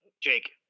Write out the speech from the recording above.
Jake